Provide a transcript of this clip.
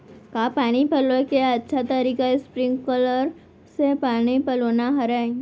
का पानी पलोय के अच्छा तरीका स्प्रिंगकलर से पानी पलोना हरय?